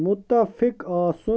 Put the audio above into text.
مُتفِق آسُن